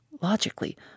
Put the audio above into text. Logically